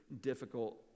difficult